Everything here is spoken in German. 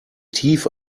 tief